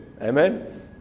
Amen